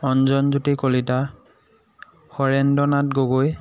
Anjanjyoti Kalita Harendra Nath Gogoi